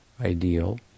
ideal